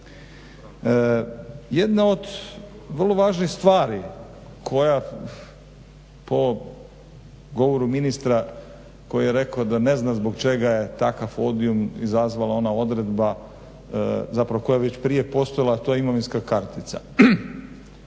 Jedna od vrlo važnih stvari koja po govoru ministra koji je rekao da ne zna zbog čega je takav … izazvala ona odredba zapravo koja je već prije postojala a to je imovinska kartica.